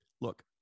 look